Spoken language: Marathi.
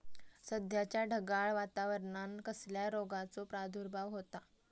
सध्याच्या ढगाळ वातावरणान कसल्या रोगाचो प्रादुर्भाव होता?